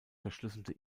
verschlüsselte